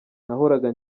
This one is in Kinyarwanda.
nahoraga